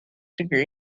degree